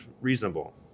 reasonable